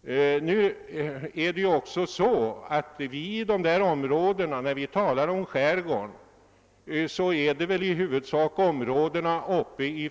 Då vi talar om skärgården avser vi i huvudsak området